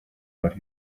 out